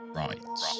rights